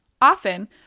Often